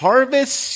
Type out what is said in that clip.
Harvest